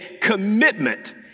Commitment